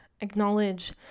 acknowledge